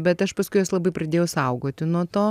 bet aš paskui juos labai pradėjau saugoti nuo to